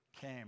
came